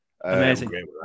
Amazing